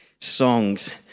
songs